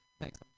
Thanks